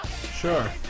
Sure